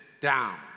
down